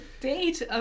date